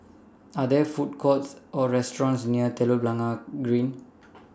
Are There Food Courts Or restaurants near Telok Blangah Green